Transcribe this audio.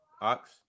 Ox